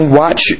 watch